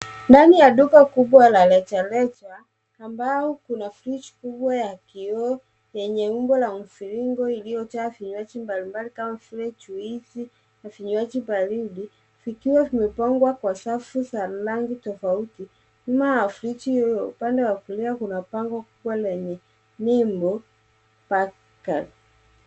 Ndani ya duka kubwa la rejareja ambao kuna fridge kubwa ya kioo yenye umbo la mviringo iliyojaa vinywaji mbalimbali kama vile juisi na vinywaji baridi vikiwa vimepangwa kwa safu za rangi tofauti. Nyuma ya friji hiyo upande wa kulia kuna bango kubwa lenye nembo Bad Girl .